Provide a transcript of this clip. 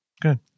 Good